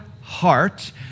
heart